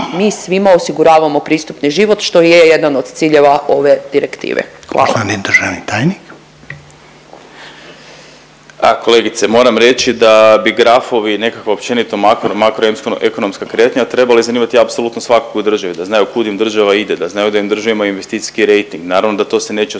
(HDZ)** Poštovani državni tajnik. **Vidiš, Ivan** A kolegice, moram reći da grafovi i nekakva općenito makro, makroekonomska kretnja trebali zanimati apsolutno svakog u državi, da znaju kud im država ide, da znaju da im država ima investicijski rejting. Naravno da to se neće osjetiti